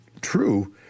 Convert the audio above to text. true